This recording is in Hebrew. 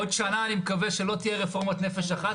עוד שנה אני מקווה שלא תהיה רפורמת "נפש אחת",